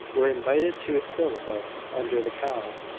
were invited to a syllabub under the cow,